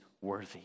worthy